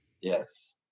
Yes